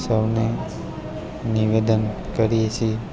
સૌને નિવેદન કરીએ છીએ